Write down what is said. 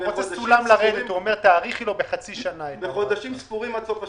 ספורים עד סוף השנה.